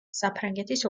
საფრანგეთის